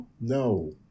No